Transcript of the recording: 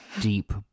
deep